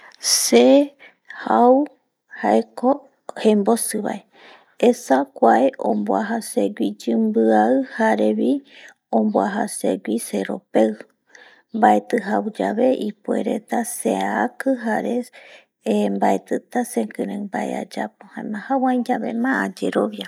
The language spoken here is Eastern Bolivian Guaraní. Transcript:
Se jau jaeko jenbosi bae esa kuae onbuaja sewi yinbiai jare bi onbuaja sewi seropei, baeti jau yave ipuere reta seaki eh baetita sekiren bae ayapo jaema jau ai yabe ma ayerobia